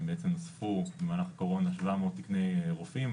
בעצם נוספו במהלך הקורונה שבע מאות תקני רופאים,